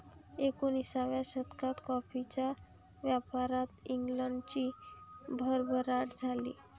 एकोणिसाव्या शतकात कॉफीच्या व्यापारात इंग्लंडची भरभराट झाली